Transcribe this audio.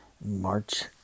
March